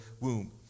womb